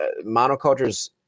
Monoculture's